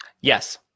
Yes